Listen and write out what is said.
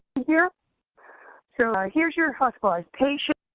here. so ah here's your hospitalized patient,